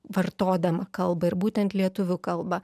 vartodama kalbą ir būtent lietuvių kalbą